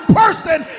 person